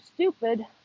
stupid